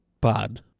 bad